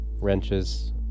wrenches